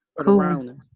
Cool